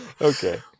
Okay